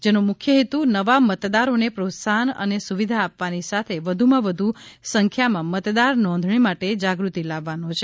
જેનો મુખ્ય હેતુ નવા મતદારોને પ્રોત્સાહન અને સુવિધા આપવાની સાથે વધુમાં વધુ સંખ્યામાં મતદાર નોંધણી માટે જાગૃતિ લાવવાનો છે